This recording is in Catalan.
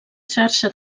xarxa